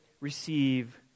receive